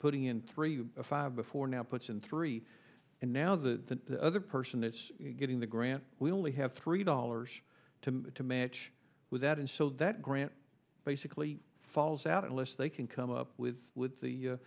putting in three or five before now puts in three and now the other person is getting the grant we only have three dollars to to match with that and so that grant basically falls out unless they can come up with